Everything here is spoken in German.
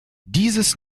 dieses